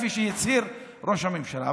כפי שהצהיר ראש הממשלה.